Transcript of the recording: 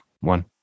one